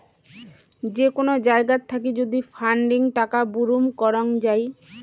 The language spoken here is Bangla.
যে কোন জায়গাত থাকি যদি ফান্ডিং টাকা বুরুম করং যাই